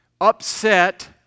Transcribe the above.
upset